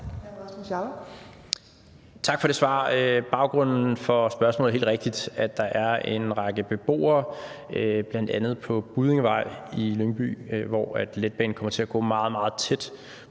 Tak for det svar. Baggrunden for spørgsmålet er helt rigtigt, at der er en række huse bl.a. på Buddingevej i Lyngby, hvor letbanen kommer til at gå meget, meget tæt